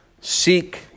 seek